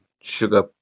sugar